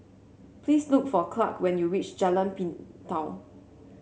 please look for Clarke when you reach Jalan Pintau